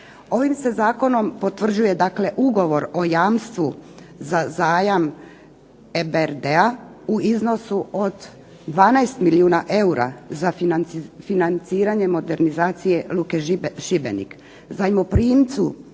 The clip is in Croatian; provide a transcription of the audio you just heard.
Ovim se zakonom potvrđuje dakle ugovor o jamstvu za zajam EBRD-a, u iznosu od 12 milijuna eura za financiranje modernizacije luke Šibenik. Zajmoprimcu